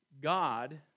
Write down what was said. God